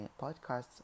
podcasts